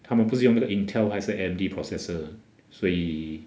他们不是用那个 intel 还是 A_M_D processor 所以